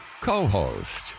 Co-host